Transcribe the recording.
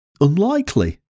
unlikely